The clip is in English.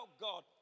God